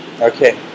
Okay